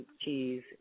cheese